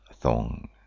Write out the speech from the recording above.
thong